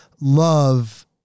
love